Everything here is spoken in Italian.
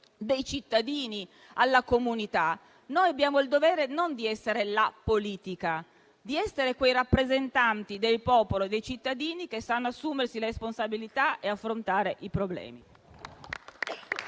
e cittadini alla comunità, abbiamo il dovere di essere non "la politica", ma rappresentanti del popolo e dei cittadini che sanno assumersi le responsabilità e affrontare i problemi.